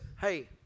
hey